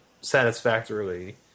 satisfactorily